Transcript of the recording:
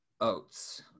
oats